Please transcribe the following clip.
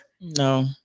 No